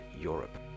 europe